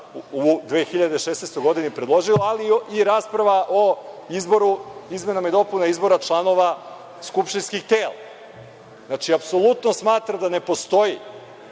u 2016. godini predložilo, ali i rasprava o izmenama i dopunama izbora članova skupštinskih tela. Znači, apsolutno smatra da ne postoji